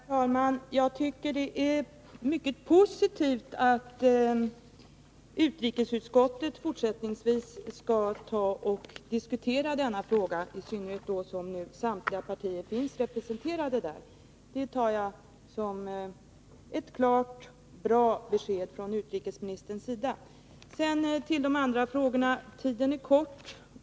Herr talman! Jag tycker att det är mycket positivt att utrikesutskottet fortsättningsvis skall diskutera denna fråga, i synnerhet som samtliga partier nu finns representerade där. Detta tar jag som ett klart och bra besked från utrikesministerns sida. Så till de andra frågorna. Tiden är kort.